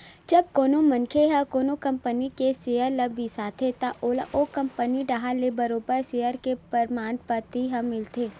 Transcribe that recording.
जब कोनो मनखे ह कोनो कंपनी के सेयर ल बिसाथे त ओला ओ कंपनी डाहर ले बरोबर सेयर के परमान पाती ह मिलथे